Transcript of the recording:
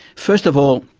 first of all,